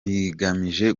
bigamije